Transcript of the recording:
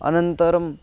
अनन्तरम्